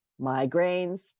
migraines